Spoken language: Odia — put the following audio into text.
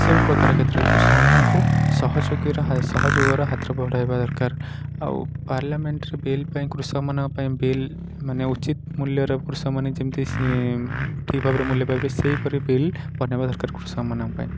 ସବୁ ପ୍ରକାର କ୍ଷେତ୍ରରେ କୃଷକମାନଙ୍କୁ ସହଯୋଗର ହାତ ବଢ଼ାଇବା ଦରକାର ଆଉ ପାର୍ଲିଆମେଣ୍ଟରେ ବିଲ୍ ପାଇଁ କୃଷକମାନଙ୍କ ପାଇଁ ବିଲ୍ ମାନେ ଉଚିତ ମୂଲ୍ୟରେ କୃଷକମାନେ ଯେମିତି ଠିକ ଭାବରେ ମୂଲ୍ୟ ପାଇପାରିବେ ସେହିପରି ବିଲ୍ ବନାଇବା ଦରକାର କୃଷକମାନଙ୍କ ପାଇଁ